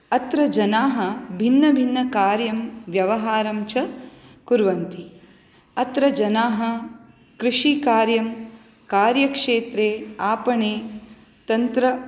अत्र जनाः भिन्नभिन्नकार्यं व्यवहारं च कुर्वन्ति अत्र जनाः कृषिकार्यम् कार्यक्षेत्रे आपणे तन्त्र